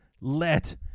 let